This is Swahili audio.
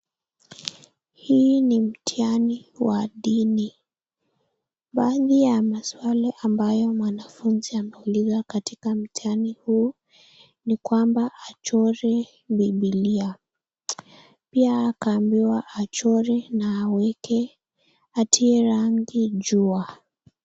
Hii ni mtiani wa dini, baadhi ya maswali ambayo mwanafunzi ameambiwa katika mtiani huu, ni kwamba achore bibilia. Pia akaambiwa achore na atie rangi jua.